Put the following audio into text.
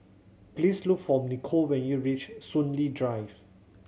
please look for Niko when you reach Soon Lee Drive